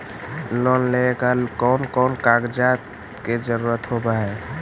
Loan लेबे ला कौन कौन कागजात के जरुरत होबे है?